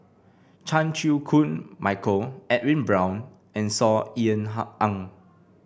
Chan Chew Koon Michael Edwin Brown and Saw Ean Ang